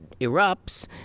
erupts